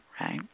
right